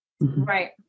Right